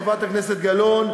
חברת הכנסת גלאון,